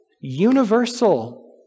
universal